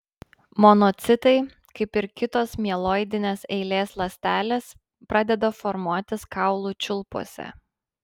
monocitai kaip ir kitos mieloidinės eilės ląstelės pradeda formuotis kaulų čiulpuose